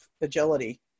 agility